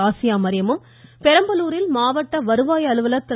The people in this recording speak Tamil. ஆசியா மரியமும் பெரம்பலூரில் மாவட்ட வருவாய் அலுவலர் திரு